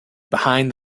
behind